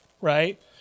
Right